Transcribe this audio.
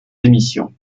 émissions